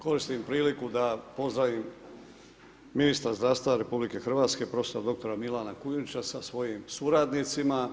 Koristim priliku da pozdravim ministra zdravstva RH, prof. dr. Milana Kujundžića sa svojim suradnicima.